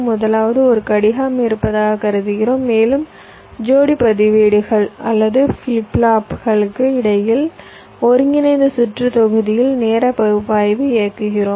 முதலாவதாக ஒரு கடிகாரம் இருப்பதாக கருதுகிறோம் மேலும் ஜோடி பதிவேடுகள் அல்லது ஃபிளிப் ஃப்ளாப்புகளுக்கு இடையில் ஒருங்கிணைந்த சுற்றுத் தொகுதியில் நேர பகுப்பாய்வை இயக்குகிறோம்